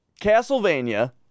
Castlevania